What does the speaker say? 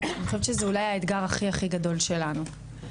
זה אולי האתגר הכי גדול שלנו.